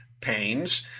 pains